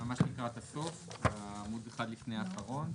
זה ממש לקראת הסוף בעמוד אחד לפני האחרון,